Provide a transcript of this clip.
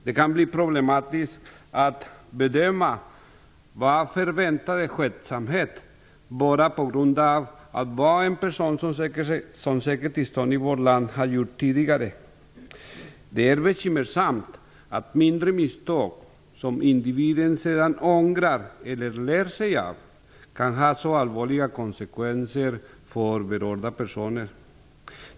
Det kan bli problematiskt att bedöma "förväntad skötsamhet" bara på grund av vad en person som söker tillstånd i vårt land har gjort tidigare. Det är bekymmersamt att mindre misstag - som individen sedan ångrar eller lär sig av - kan ha så allvarliga konsekvenser för berörda personer.